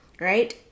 right